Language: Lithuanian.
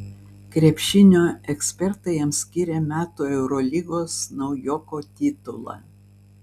krepšinio ekspertai jam skyrė metų eurolygos naujoko titulą